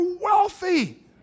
wealthy